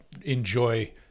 enjoy